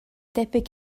debyg